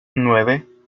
nueve